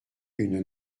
une